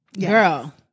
girl